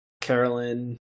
Carolyn